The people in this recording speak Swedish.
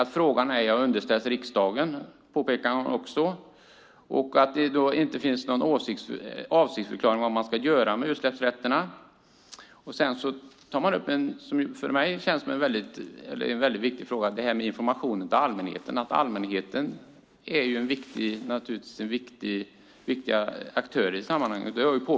Att frågan ej har underställts riksdagen pekar man också på liksom på att det inte finns någon avsiktsförklaring om vad man ska göra med utsläppsrätterna. Vidare tar man upp en fråga som jag upplever som väldigt viktig, nämligen frågan om information till allmänheten. Allmänheten är naturligtvis en viktig aktör i sammanhanget.